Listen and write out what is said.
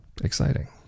Exciting